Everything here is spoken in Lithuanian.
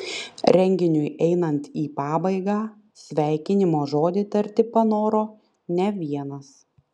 renginiui einant į pabaigą sveikinimo žodį tarti panoro ne vienas